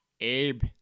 abe